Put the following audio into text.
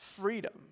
freedom